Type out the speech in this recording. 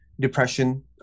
depression